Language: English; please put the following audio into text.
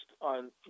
on